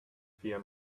fear